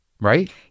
Right